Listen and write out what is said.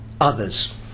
others